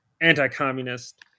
anti-communist